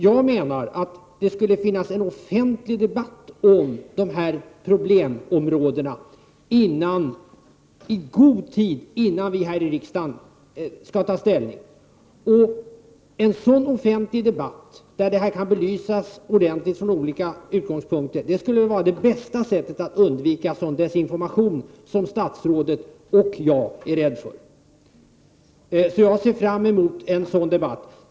Jag menar att det borde föras en offentlig debatt om dessa problemområden i god tid innan vi här i kammaren skall ta ställning. En sådan offentlig debatt, där denna fråga ordentligt kan belysas från olika utgångspunkter, vore det bästa sättet sättet att undvika desinformation som statsrådet och jag är rädda för. Jag ser fram emot en sådan debatt.